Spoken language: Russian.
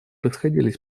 расходились